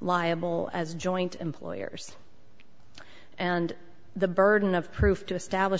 liable as joint employers and the burden of proof to establish